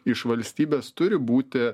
iš valstybės turi būti